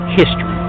history